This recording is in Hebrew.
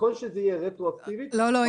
נכון שזה יהיה רטרואקטיבית --- לא, לא.